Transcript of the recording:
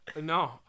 No